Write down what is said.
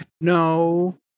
no